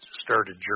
started